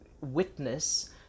witness